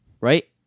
Right